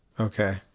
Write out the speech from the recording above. Okay